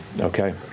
Okay